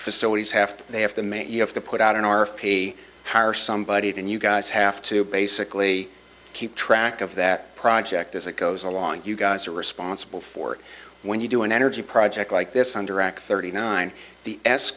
facilities have to they have the may you have to put out an r pay hire somebody and you guys have to basically keep track of that project as it goes along you guys are responsible for when you do an energy project like this on direct thirty nine the